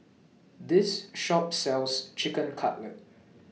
This Shop sells Chicken Cutlet